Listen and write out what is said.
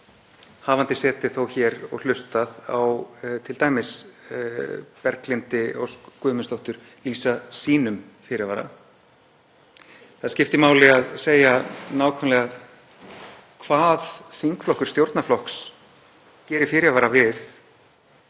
hafa þó setið hér og hlustað á t.d. Berglindi Ósk Guðmundsdóttur lýsa sínum fyrirvara. Það skiptir máli að segja nákvæmlega við hvað þingflokkur stjórnarflokks gerir fyrirvara